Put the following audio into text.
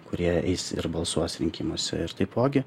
kurie eis ir balsuos rinkimuose ir taipogi